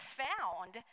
found